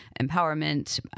empowerment